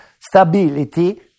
stability